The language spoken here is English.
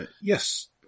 yes